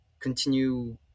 continue